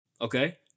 Okay